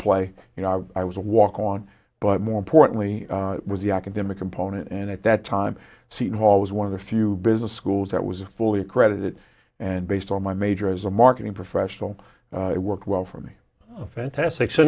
play you know i was a walk on but more importantly was the academic component and at that time seton hall was one of the few business schools that was fully accredited and based on my major as a marketing professional worked well for me fantastic so